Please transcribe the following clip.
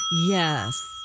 yes